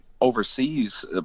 overseas